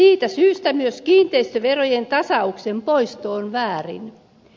siitä syystä myös kiinteistöverojen tasauksen poisto on väärin